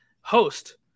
host